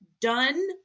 done